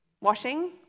Washing